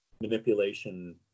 manipulation